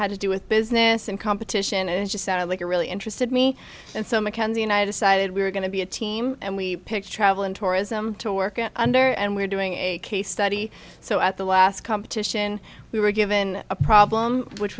had to do with business and competition it just sounded like a really interested me and so mckenzie united side we were going to be a team and we picked travel and tourism to work under and we're doing a case study so at the last competition we were given a problem which